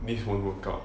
this won't work out